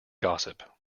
gossip